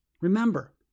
Remember